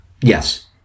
Yes